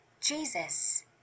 Jesus